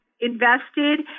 invested